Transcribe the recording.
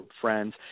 friends